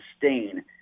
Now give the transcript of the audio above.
sustain